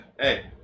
Hey